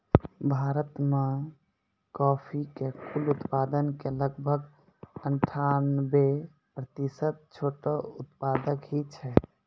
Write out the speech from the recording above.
भारत मॅ कॉफी के कुल उत्पादन के लगभग अनठानबे प्रतिशत छोटो उत्पादक हीं छै